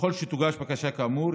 ככל שתוגש בקשה כאמור,